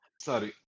Sorry